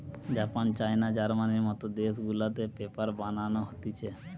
Japan, China, জার্মানির মত দেশ গুলাতে পেপার বানানো হতিছে